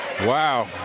Wow